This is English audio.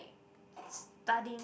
studying